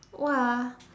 !wah!